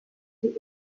die